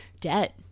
debt